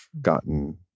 gotten